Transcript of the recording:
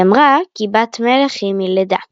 היא אמרה, כי בת-מלך היא מלדה.